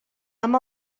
amb